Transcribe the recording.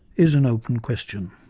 is an open question.